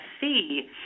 see